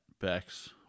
Bex